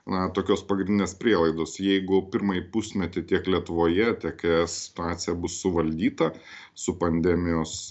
na tokios pagrindinės prielaidos jeigu pirmąjį pusmetį tiek lietuvoje tiek es situacija bus suvaldyta su pandemijos